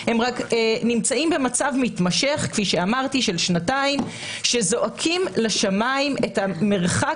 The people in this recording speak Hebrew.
הם רק נמצאים במצב מתמשך של שנתיים שהם זועקים לשמיים את המרחק